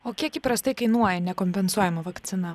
o kiek įprastai kainuoja nekompensuojama vakcina